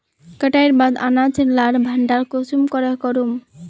कटाईर बाद अनाज लार भण्डार कुंसम करे करूम?